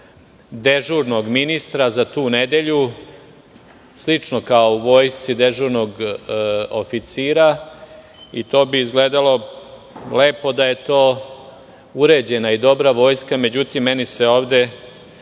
dežurnog ministra za tu nedelju, slično kao u vojsci - dežurnog oficira i to bi izgledalo lepo da je to uređena i dobra vojska. Međutim, meni se ovde